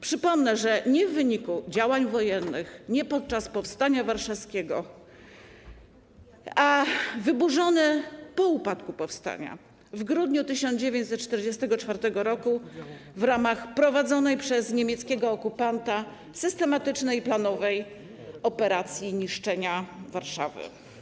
Przypomnę, że nie w wyniku działań wojennych, nie podczas powstania warszawskiego, ale zostało wyburzone po upadku powstania w grudniu 1944 r. w ramach prowadzonej przez niemieckiego okupanta systematycznej i planowej operacji niszczenia Warszawy.